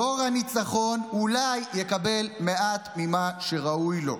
דור הניצחון אולי יקבל מעט ממה שראוי לו.